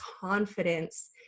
confidence